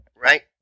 Right